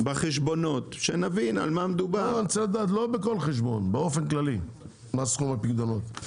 לא בכל חשבון אלא באופן כללי מה סכום הפיקדונות.